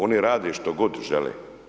Oni rade što god žele.